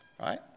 right